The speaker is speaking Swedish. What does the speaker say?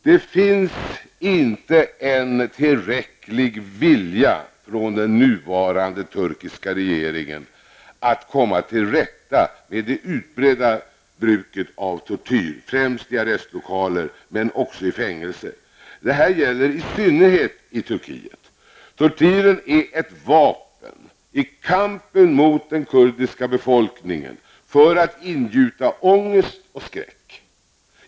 Det finns inte en tillräcklig vilja från den nuvarande turkiska regeringens sida att komma till rätta med det utbredda bruket av tortyr, främst i arrestlokaler, men även i fängelser. Detta gäller i synnerhet i östra Turkiet. Tortyren är ett vapen i kampen mot den kurdiska befolkningen för att ingjuta ångest och skräck.